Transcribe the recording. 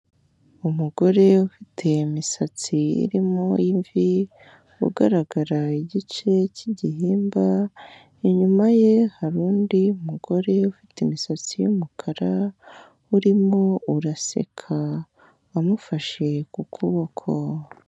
Umugore ufite imisatsi irimo imvi ugaragara igice cy'igihimba, inyuma ye hari undi mugore ufite imisatsi y'umukara urimo uraseka amufashe ku kuboko.